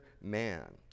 man